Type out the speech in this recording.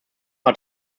hat